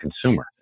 consumer